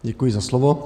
Děkuji za slovo.